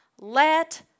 let